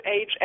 age